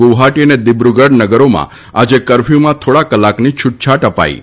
ગુવહાટી અને દિબ્રગઢ નગરોમાં આજે કરફ્યુમાં થોડા કલાકની છુટછાટ અપાઇ હતી